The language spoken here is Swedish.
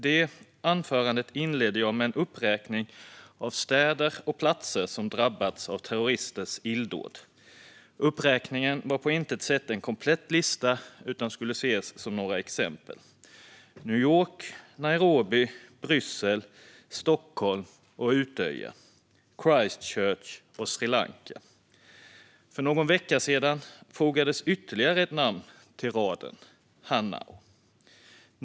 Detta anförande inledde jag med en uppräkning av städer och platser som drabbats av terroristers illdåd. Uppräkningen var på intet sätt en komplett lista utan skulle ses som några exempel: New York, Nairobi, Bryssel, Stockholm, Utøya, Christchurch och Sri Lanka. För någon vecka sedan fogades ytterligare ett ortnamn till raden - Hanau.